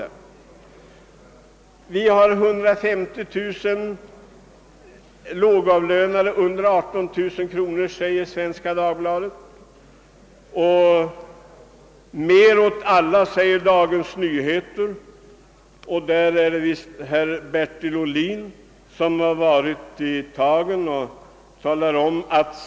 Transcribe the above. Det finns enligt Svenska Dagbladet 150 000 lågavlönade i vårt land med en inkomst som ligger under 18000 kronor per år. I detta sammanhang uttalar Dagens Nyheter som sin uppfattning att det skall ges mer åt alla.